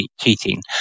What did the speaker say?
cheating